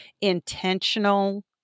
intentional